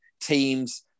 teams